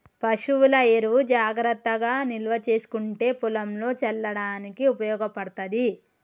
పశువుల ఎరువు జాగ్రత్తగా నిల్వ చేసుకుంటే పొలంల చల్లడానికి ఉపయోగపడ్తది